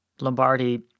Lombardi